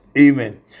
Amen